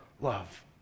love